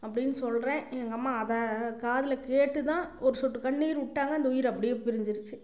அப்படின்னு சொல்கிறேன் எங்கள் அம்மா அதை காதில் கேட்டுதான் ஒரு சொட்டு கண்ணீர்விட்டாங்க அந்த உயிர் அப்படியே பிரிஞ்சிடித்து